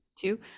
Two